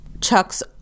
Chuck's